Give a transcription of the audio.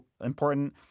important